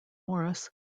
morris